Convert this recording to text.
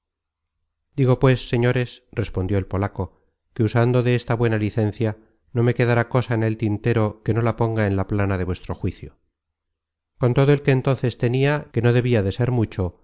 digo pues señores respondió el polaco que usando de esa buena licencia no me quedará cosa en el tintero que no la ponga en la plana de vuestro juicio con todo el que entonces tenia que no debia de ser mucho